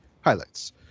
highlights